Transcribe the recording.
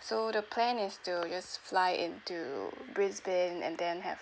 so the plan is to just fly into brisbane and then have